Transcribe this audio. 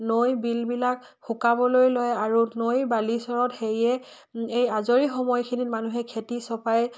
নৈ বিলবিলাক শুকাবলৈ লয় আৰু নৈ বালি চৰত সেয়ে এই আজৰি সময়খিনিত মানুহে খেতি চপাই